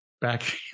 back